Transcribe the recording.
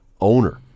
owner